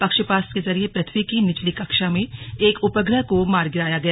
प्रक्षेपास्त्र के जरिए पृथ्यी की निचली कक्षा में एक उपग्रह को मार गिराया गया